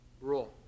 rule